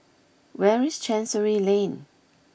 where is Chancery Lane